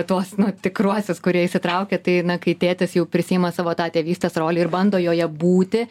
tuos nu tikruosius kurie įsitraukia tai na kai tėtis jau prisiima savo tą tėvystės rolę ir bando joje būti